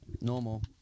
Normal